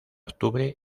octubre